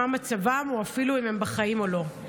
מה מצבן או אפילו אם הן בחיים או לא.